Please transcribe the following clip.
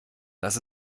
das